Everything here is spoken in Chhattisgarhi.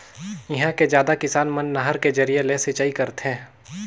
इहां के जादा किसान मन नहर के जरिए ले सिंचई करथे